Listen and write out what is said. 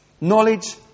Knowledge